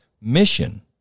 mission